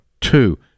two